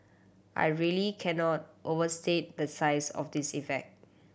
I really cannot overstate the size of this effect